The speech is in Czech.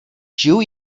žiju